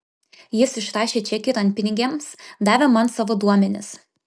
jis išrašė čekį rankpinigiams davė man savo duomenis